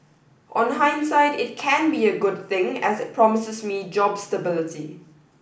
on hindsight it can be a good thing as it promises me job stability